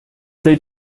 they